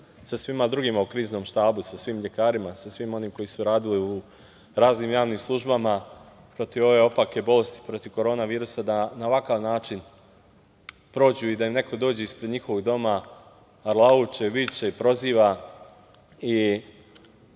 sa svima drugima u Kriznom štabu, sa svim lekarima, sa svima onima koji su radili u raznim javnim službama protiv ove opake bolesti, protiv korona virusa da na ovakav način prođu i da im neko dođe ispred njihovog doma, arlauče, viče, proziva i